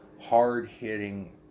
hard-hitting